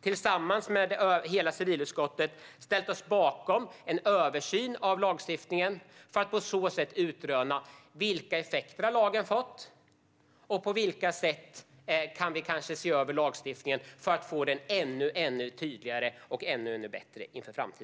tillsammans med hela civilutskottet ställt oss bakom en översyn av lagstiftningen för att på så sätt utröna vilka effekter lagen har fått och på vilka sätt vi kan se över lagstiftningen för att göra den ännu tydligare och ännu bättre inför framtiden.